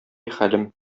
хәлем